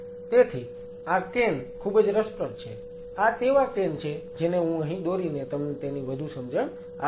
તેથી આ કેન ખૂબ જ રસપ્રદ છે આ તેવા કેન છે જેને હું અહી દોરીને તમને તેની વધુ સમજણ આપીશ